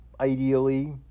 ideally